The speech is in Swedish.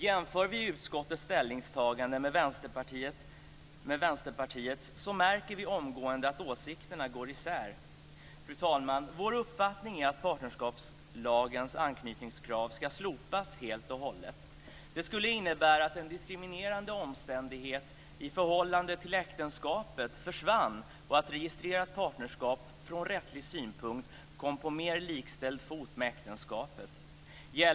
Jämför vi utskottets ställningstagande med Vänsterpartiets märker vi omgående att åsikterna går isär. Vår uppfattning, fru talman, är att partnerskapslagens anknytningskrav ska slopas helt och hållet. Det skulle innebära att en diskriminerande omständighet i förhållande till äktenskapet försvann och att registrerat partnerskap från rättslig synpunkt kom på mer likställd fot med äktenskapet.